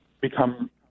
become